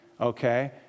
Okay